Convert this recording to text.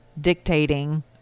dictating